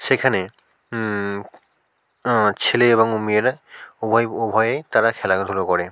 সেইখানে ছেলে এবং মেয়েরা উভয়েই তারা খেলাধুলো করে